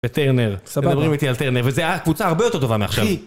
וטרנר, מדברים איתי על טרנר, וזו הקבוצה הרבה יותר טובה מעכשיו.